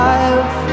Life